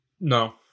No